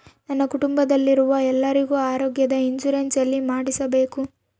ನನ್ನ ಕುಟುಂಬದಲ್ಲಿರುವ ಎಲ್ಲರಿಗೂ ಆರೋಗ್ಯದ ಇನ್ಶೂರೆನ್ಸ್ ಎಲ್ಲಿ ಮಾಡಿಸಬೇಕು?